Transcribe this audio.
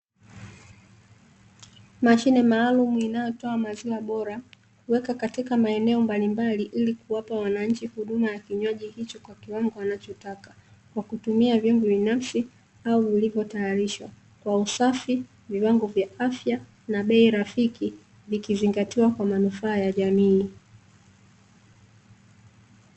Mashine maalumu inayotoa maziwa bora, huwekwa katika maeneo mbalimbali ili kuwapa wananchi huduma ya kinywaji hicho kwa kiwango wanachotaka, kwa kutumia vyombo binafsi au vilivyotayarishwa, kwa usafi, viwango vya afya na bei rafiki, vikizingatiwa kwa manufaa ya jamii.